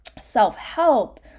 self-help